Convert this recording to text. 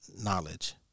knowledge